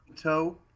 Toe